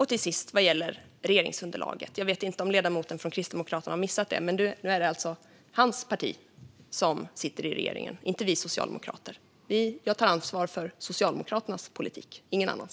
Till sist, vad gäller regeringsunderlaget vet jag inte om ledamoten från Kristdemokraterna har missat detta, men nu är det hans parti som sitter i regeringen och inte vi socialdemokrater. Jag tar ansvar för Socialdemokraternas politik, ingen annans.